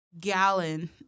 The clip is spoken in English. gallon